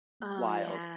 wild